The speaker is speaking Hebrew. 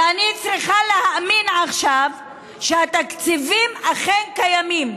ואני צריכה להאמין עכשיו שהתקציבים אכן קיימים,